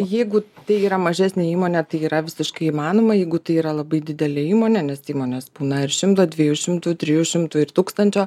jeigu tai yra mažesnė įmonė tai yra visiškai įmanoma jeigu tai yra labai didelė įmonė nes įmonės būna ir šimto dviejų šimtų trijų šimtų ir tūkstančio